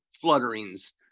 flutterings